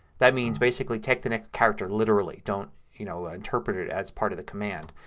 that means basically take the next character literally. don't, you know, interpret it as part of the command.